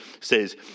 says